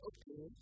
Okay